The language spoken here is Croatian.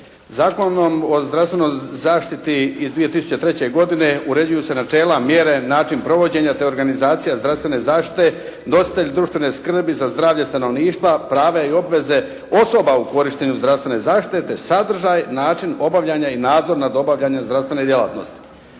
Zakonom o zdravstvenoj zaštiti iz 2003. godine uređuju se načela, mjere, način provođenja, te organizacija zdravstvene zaštite. Nositelj društvene skrbi za zdravlje stanovništva, prava i obveze osoba u korištenju zdravstvene zaštite, te sadržaj, način obavljanja i nadzor nad obavljanjem zdravstvene djelatnosti.